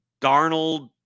Darnold